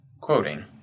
Quoting